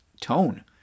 tone